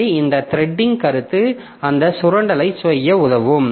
எனவே இந்த த்ரெடிங் கருத்து அந்த சுரண்டலைச் செய்ய உதவும்